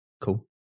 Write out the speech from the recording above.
Cool